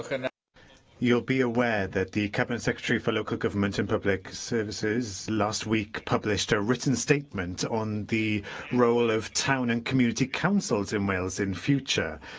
kind of you'll be aware that the cabinet secretary for local government and public services last week published a written statement on the role of town and community councils in wales in future.